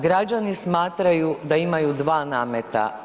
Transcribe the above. Građani smatraju da imaju dva nameta.